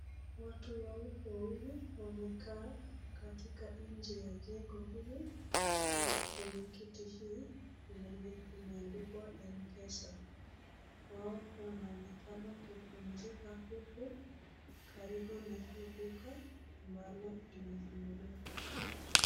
Watu hawa wawili wamekaa katika nje ya jengo hili kwenye kiti hii yenye imeandikwa mpesa. Wao wanaonekana kupumzika huku karibu na hii duka ambalo limefunguliwa.